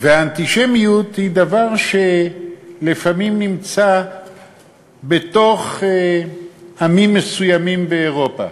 והאנטישמיות היא דבר שלפעמים נמצא בתוך עמים מסוימים באירופה.